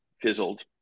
fizzled